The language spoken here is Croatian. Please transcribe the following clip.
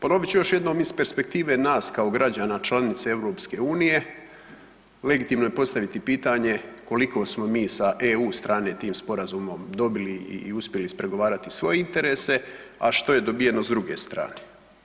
Ponovit ću još jednom iz perspektive nas kao građana članice EU-a, legitimno je postaviti pitanje koliko smo mi sa EU strane tim sporazumom dobili i uspjeli ispregovarati svoje interese a što je dobiveno s druge strane?